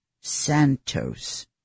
Santos